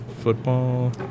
football